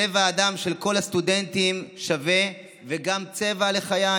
צבע הדם של כל הסטודנטים שווה, וגם צבע הלחיים.